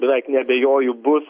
beveik neabejoju bus